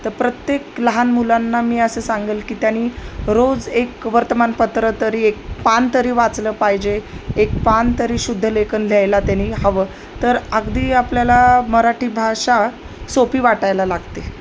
तर प्रत्येक लहान मुलांना मी असं सांगेल की त्यानी रोज एक वर्तमानपत्र तरी एक पान तरी वाचलं पाहिजे एक पान तरी शुद्ध लेखन लिहायला त्यानी हवं तर अगदी आपल्याला मराठी भाषा सोपी वाटायला लागते